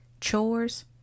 Chores